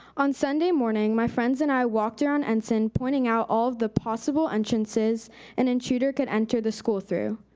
on sunday morning, my friends and i walked around ensign, pointing out all of the possible entrances an intruder could enter the school through.